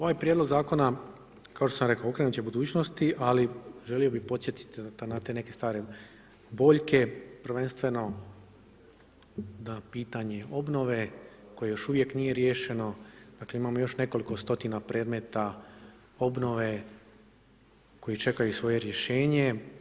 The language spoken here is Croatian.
Ovaj Prijedlog zakona kao što sam rekao okrenut je budućnosti, ali želio bih podsjetiti na te neke stare boljke, prvenstveno na pitanje obnove koja još uvijek nije riješeno, dakle, imamo još nekoliko stotina predmeta obnove koji čekaju svoje rješenje.